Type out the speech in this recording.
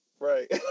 Right